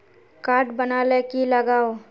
Card बना ले की लगाव?